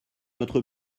notre